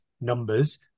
numbers